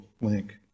link